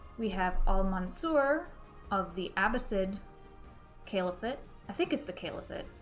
we have al-mansur of the abbasid caliphate i think it's the caliphate,